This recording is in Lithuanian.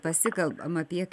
pasikalbam apie